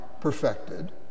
perfected